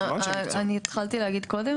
אני התחלתי להגיד קודם.